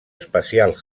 espacial